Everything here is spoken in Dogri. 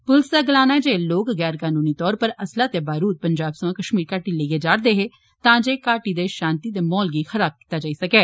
पुलस दा गलाना ऐ जे एह लोक गैर कनूनी तौर उप्पर असला ते बरूद पंजाब सोयां कश्मीर घाटी इव लेईए जा'रदे हे तां जे घाटी दे शांन्ति दे माहौल गी खराब कीता जाई सकै